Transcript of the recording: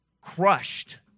crushed